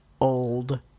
old